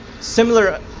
similar